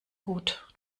gut